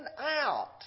out